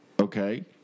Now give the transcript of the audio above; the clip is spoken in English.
Okay